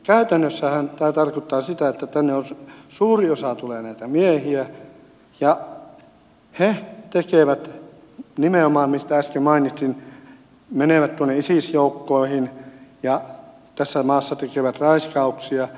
käytännössähän tämä tarkoittaa sitä että tänne tulevista suuri osa on näitä miehiä ja he tekevät nimenomaan mistä äsken mainitsin menevät isis joukkoihin ja tässä maassa tekevät raiskauksia